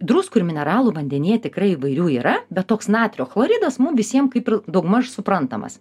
druskų ir mineralų vandenyje tikrai įvairių yra bet toks natrio chloridas mum visiem kaip ir daugmaž suprantamas